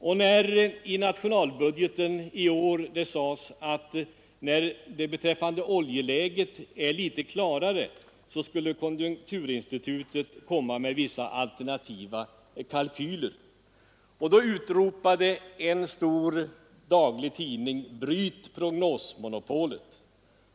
När det i nationalbudgeten i år sades att konjunkturinstitutet — då det blivit litet klarare beträffande oljeläget — skulle lägga fram alternativa kalkyler, utropade en stor daglig tidning: Bryt prognosmonopolet!